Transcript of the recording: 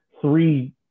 three